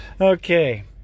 okay